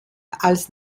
als